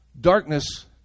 Darkness